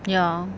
ya